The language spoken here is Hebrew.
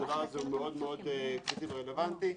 הדבר הזה הוא מאוד-מאוד קריטי ורלוונטי.